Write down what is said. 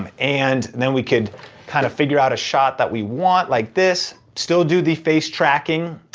um and then we could kind of figure out a shot that we want, like this, still do the face tracking,